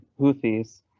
Houthis